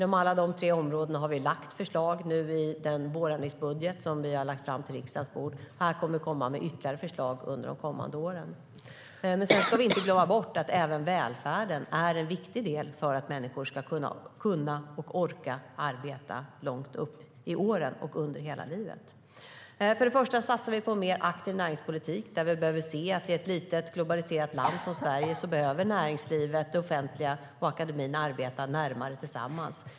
På alla de tre områdena har vi förslag i den vårändringsbudget som vi har lagt på riksdagens bord. Här kommer vi med ytterligare förslag under de kommande åren. Sedan ska vi inte glömma bort att även välfärden är en viktig del för att människor ska kunna och orka arbeta långt upp i åren och under hela livet. För det första satsar vi på en mer aktiv näringspolitik. I ett litet globaliserat land som Sverige behöver näringslivet, det offentliga och akademin arbeta närmare tillsammans.